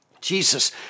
Jesus